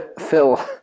Phil